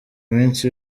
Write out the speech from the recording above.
minsi